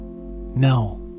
No